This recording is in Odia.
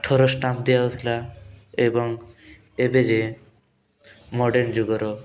କାଠର ଷ୍ଟାମ୍ପ ଦିଆଯାଉଥିଲା ଏବଂ ଏବେ ଯେ ମଡ଼ର୍ଣ୍ଣ ଯୁଗର